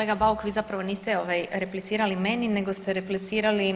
Kolega Bauk, vi zapravo niste replicirali meni nego ste replicirali